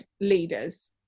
leaders